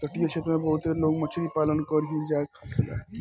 तटीय क्षेत्र में बहुते लोग मछरी पालन पर ही जिए खायेला